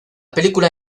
película